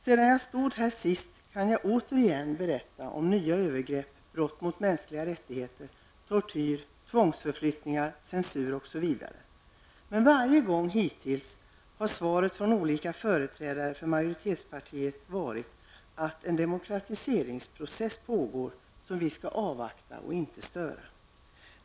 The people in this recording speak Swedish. Sedan jag senast stod här har det återigen förekommit nya angrepp, brott mot de mänskliga rättigheterna, tortyr, tvångsförflyttningar, censur osv. Men varje gång jag frågat har svaret från olika företrädare för majoritetspartiet varit att det pågår en demokratiseringsprocess och att vi därför skall avvakta och inte störa.